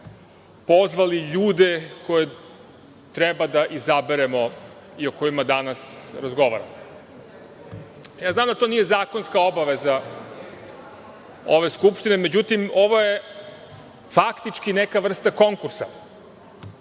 pozvali ljude koje treba da izaberemo i o kojima danas razgovaramo. Znam da to nije zakonska obaveza ove Skupštine, međutim, ovo je faktički, neka vrsta konkursa.